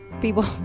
people